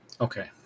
Okay